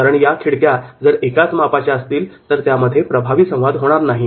कारण या खिडक्या जर एकाच मापाच्या असतील तर यामध्ये प्रभावी संवाद होणार नाही